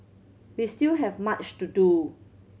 we still have much to do